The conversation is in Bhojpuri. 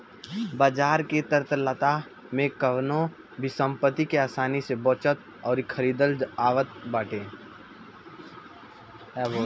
बाजार की तरलता में कवनो भी संपत्ति के आसानी से बेचल अउरी खरीदल आवत बाटे